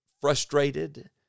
frustrated